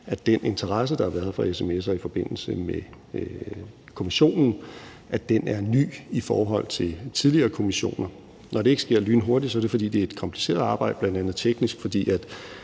at den interesse, der har været for sms'er i forbindelse med kommissionen, er ny i forhold til tidligere kommissioner. Når det ikke sker lynhurtigt, er det, fordi det er et kompliceret arbejde – bl.a. teknisk, fordi